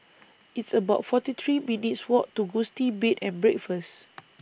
It's about forty three minutes' Walk to Gusti Bed and Breakfast